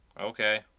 Okay